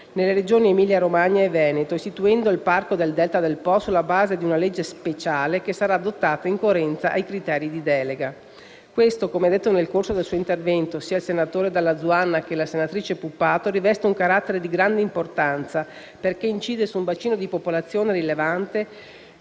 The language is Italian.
nelle regioni Emilia-Romagna e Veneto, istituendo il Parco del Delta del Po sulla base di una legge speciale che sarà adottata in coerenza ai criteri di delega. Questo, come hanno detto nel corso del loro intervento sia il senatore Dalla Zuanna che la senatrice Puppato, riveste un carattere di grande importanza perché incide su un bacino di popolazione rilevante